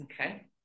Okay